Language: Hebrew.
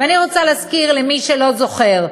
ואני רוצה להזכיר למי שלא זוכר: